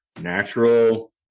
natural